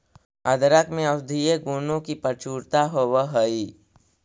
अदरक में औषधीय गुणों की प्रचुरता होवअ हई